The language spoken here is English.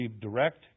direct